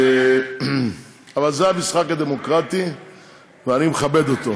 זה המשחק הדמוקרטי ואני מכבד אותו,